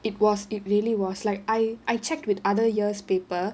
it was it really was like i~ I checked with other years' paper